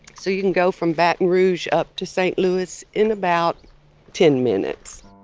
so you can go from baton rouge up to saint louis in about ten minutes.